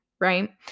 right